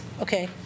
okay